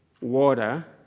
water